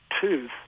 tooth